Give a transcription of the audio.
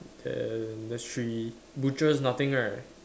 and that's three butchers nothing right